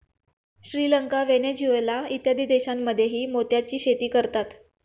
Sri Lanka, Venezuela इत्यादी देशांमध्येही मोत्याची शेती करतात